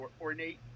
ornate